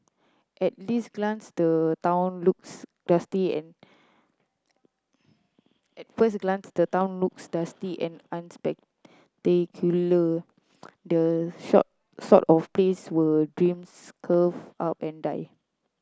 at least glance the town looks dusty and at first glance the town looks dusty and unspectacular the short sort of place where dreams curl up and die